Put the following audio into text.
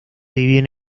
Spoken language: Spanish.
dividen